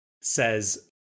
says